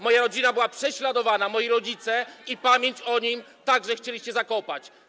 moja rodzina była prześladowana, [[Poruszenie na sali]] moi rodzice, i pamięć o nim także chcieliście zakopać.